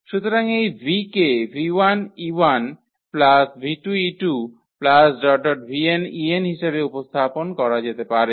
সুতরাং এই v কে 𝑣1𝑒1 𝑣2𝑒2 ⋯ 𝑣𝑛𝑒𝑛 হিসাবে উপস্থাপন করা যেতে পারে